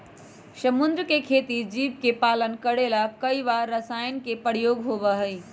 समुद्र के खेती जीव के पालन करे ला कई बार रसायन के प्रयोग होबा हई